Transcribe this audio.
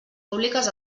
públiques